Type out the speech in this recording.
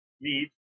need